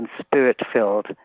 spirit-filled